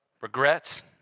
regrets